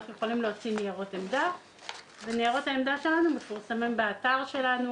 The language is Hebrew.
יכולים להוציא ניירות עמדה וניירות העמדה שלנו מפורסמים באתר שלנו.